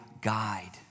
guide